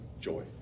joy